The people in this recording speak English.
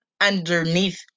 underneath